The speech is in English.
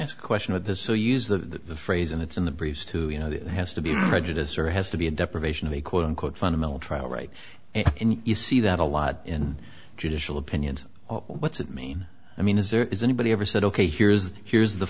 class question of the so use the phrase and it's in the breeze to you know it has to be prejudice or has to be a deprivation of a quote unquote fundamental trial right and you see that a lot in judicial opinions what's it mean i mean is there is anybody ever said ok here's here's the